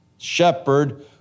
shepherd